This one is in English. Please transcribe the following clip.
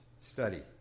study